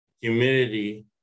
humidity